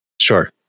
Sure